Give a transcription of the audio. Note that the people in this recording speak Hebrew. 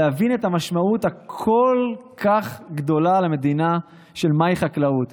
להבין את המשמעות הגדולה כל כך למדינה של מה היא חקלאות.